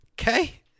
Okay